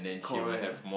correct